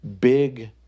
big